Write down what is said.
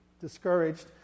discouraged